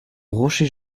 rocher